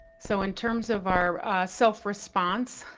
so in terms of our self-response,